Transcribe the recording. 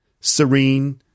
Serene